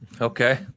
Okay